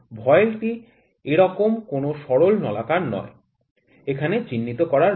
এখন ভয়েল টি এরকম কোনও সরল নলাকার নয় এখানে চিহ্নত করা রয়েছে